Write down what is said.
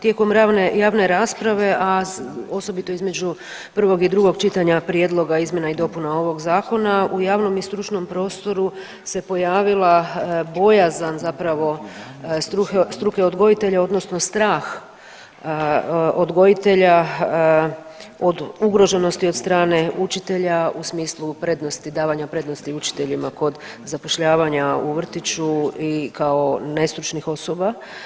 Tijekom javne rasprave a osobito između prvog i drugog čitanja prijedloga izmjena i dopuna ovog zakona u javnom i stručnom prostoru se pojavila bojazan zapravo struke odgojitelja, odnosno strah odgojitelja od ugroženosti od strane učitelja u smislu prednosti, davanja prednosti učiteljima kod zapošljavanja u vrtiću i kao nestručnih osoba.